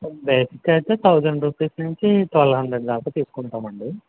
basic అయితే thousand rupees నుంచి twelve hundred దాక తీసుకుంటామండి